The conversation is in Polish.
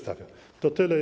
To tyle.